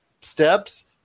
steps